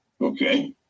okay